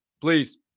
please